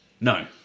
No